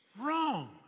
wrong